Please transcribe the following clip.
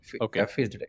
Okay